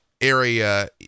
area